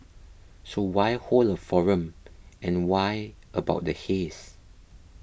so why hold a forum and why about the haze